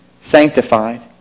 sanctified